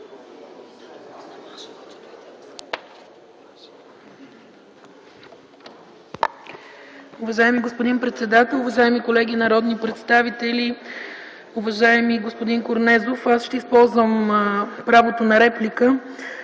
Уважаеми господин председател, уважаеми колеги народни представители! Уважаеми господин Корнезов, ще използвам правото на реплика,